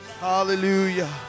Hallelujah